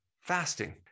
fasting